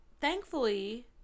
thankfully